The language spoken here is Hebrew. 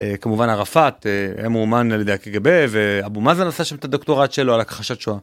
כמובן ערפאת היה מאומן על ידי הקגב ואבו מאזן עשה שם את הדוקטורט שלו על הכחשת שואה.